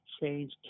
change